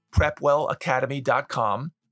prepwellacademy.com